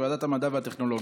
ועדת המדע והטכנולוגיה.